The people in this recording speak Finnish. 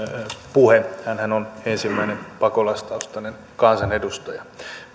puhe hänhän on ensimmäinen pakolaistaustainen kansanedustaja